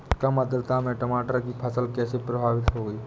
कम आर्द्रता में टमाटर की फसल कैसे प्रभावित होगी?